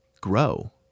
grow